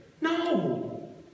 No